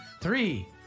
Three